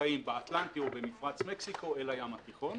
שחיים באטלנטי או במפרץ מקסיקו אל הים התיכון.